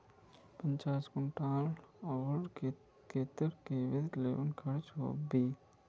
पचास कुंटल आलूर केते कतेरी लेबर खर्चा होबे बई?